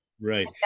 Right